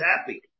happy